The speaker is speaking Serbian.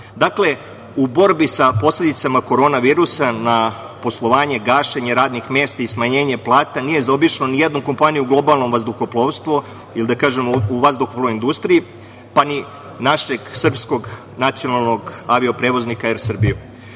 u borbi sa posledicama korona virusa na poslovanje, gašenje radnih mesta i smanjenje plata, nije zaobišlo nijednu kompaniju u globalnom vazduhoplovstvu ili da kažem u vazduhoplovnoj industriji, pa ni našeg srpskog nacionalnog avio-prevoznika „Er Srbiju“.U